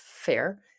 fair